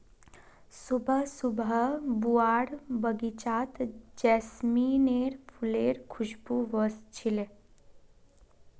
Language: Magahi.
सुबह सुबह बुआर बगीचात जैस्मीनेर फुलेर खुशबू व स छिले